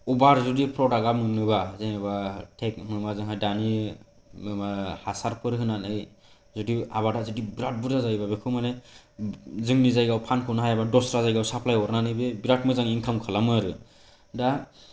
अभार जुदि प्रदाकआ मोनोबा जेन'बा टेक मा जोंहा दानि हासारफोर होनानै जुदि आबादा जुदि बिरात बुरजा जायोबा बेखौ माने जोंनि जायगायाव फानख'नो हायाबा दस्रा जायगायाव साप्लाइ हरनानै बियो बिरात मोजां इनकाम खालामो आरो दा